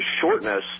shortness